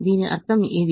దీని అర్థం ఇది